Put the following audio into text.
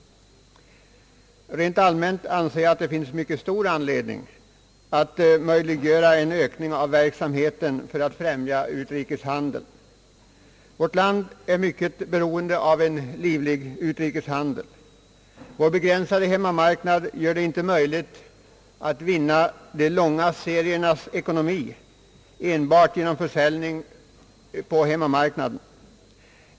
Rent allmänt anser jag att det finns mycket stor anledning att möjliggöra en ökning av verksamheten för att främja utrikeshandeln. Vårt land är mycket beroende av en livlig utrikeshandel. Vår begränsade hemmamarknad gör det inte möjligt att utnyttja fördelarna med långa serier enbart genom försäljning på hemmamarknaden.